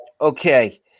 okay